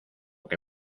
que